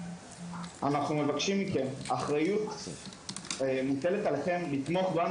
אנחנו מבקשים מכם: מוטלת עליכם האחריות לתמוך בנו